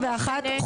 או אחת מ-91 --- לא.